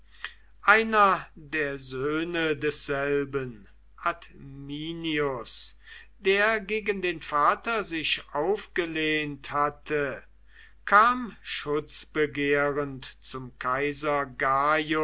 einer der söhne desselben adminius der gegen den vater sich aufgelehnt hatte kam schutzbegehrend zum kaiser